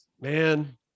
man